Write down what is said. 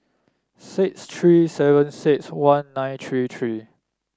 six three seven six one nine three three